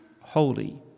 holy